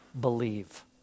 believe